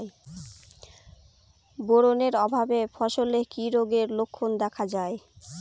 Boron এর অভাবে ফসলে কি রোগের লক্ষণ দেখা যায়?